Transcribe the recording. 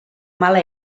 mala